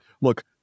look